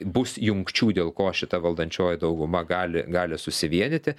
bus jungčių dėl ko šita valdančioji dauguma gali gali susivienyti